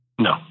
No